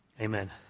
Amen